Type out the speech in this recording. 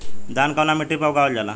धान कवना मिट्टी पर उगावल जाला?